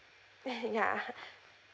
ya